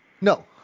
No